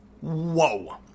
Whoa